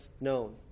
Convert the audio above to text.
known